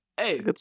hey